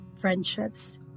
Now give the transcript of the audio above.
friendships